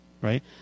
right